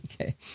Okay